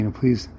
please